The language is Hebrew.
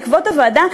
בעקבות הוועדה,